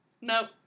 Nope